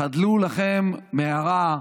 חדלו לכם מהרע,